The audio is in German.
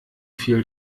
viel